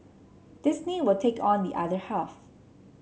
Disney will take on the other half